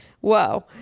Whoa